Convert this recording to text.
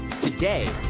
Today